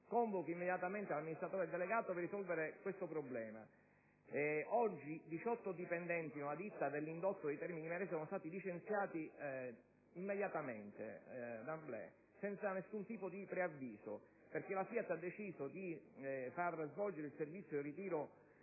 convochi immediatamente l'amministratore delegato della FIAT per risolvere questo problema. Oggi 18 dipendenti di una ditta dell'indotto di Termini Imerese sono stati licenziati, immediatamente, *d'emblée*, senza alcun tipo di preavviso, perché la FIAT ha deciso di far svolgere il servizio di ritiro